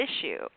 issue